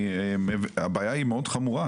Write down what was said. הבעיה היא מאוד חמורה.